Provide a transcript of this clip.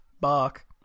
bark